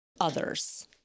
others